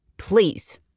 Please